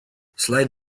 slide